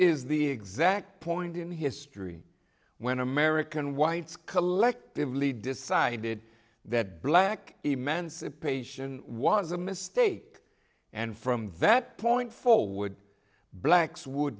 is the exact point in history when american whites collectively decided that black emancipation was a mistake and from vat point forward blacks would